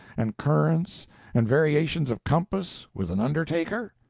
and currents and variations of compass with an undertaker?